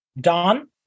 Don